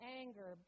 anger